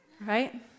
right